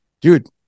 dude